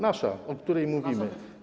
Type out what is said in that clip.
Ta nasza, o której mówimy.